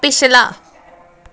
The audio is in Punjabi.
ਪਿਛਲਾ